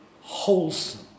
wholesome